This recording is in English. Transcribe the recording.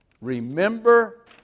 Remember